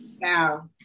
Now